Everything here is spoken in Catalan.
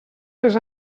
les